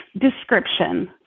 description